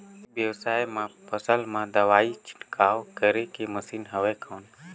ई व्यवसाय म फसल मा दवाई छिड़काव करे के मशीन हवय कौन?